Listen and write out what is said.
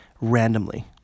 randomly